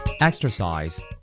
Exercise